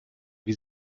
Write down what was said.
wie